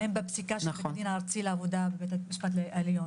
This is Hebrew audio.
הן בפסיקה של בית הדין הארצי לעבודה ושל בית המשפט העליון.